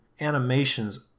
animations